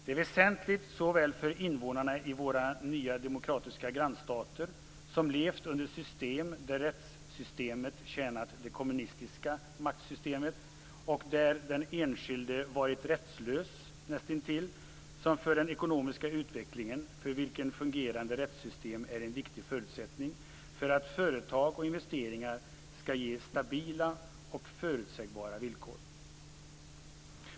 Det är väsentligt såväl för invånarna i våra nya demokratiska grannstater, som har levt under ett system där rättssystemet har tjänat det kommunistiska maktsystemet och där den enskilde varit nästintill rättslös, som för den ekonomiska utvecklingen för vilken fungerande rättssystem är en viktig förutsättning för att företag och investeringar skall ge stabila och förutsägbara villkor.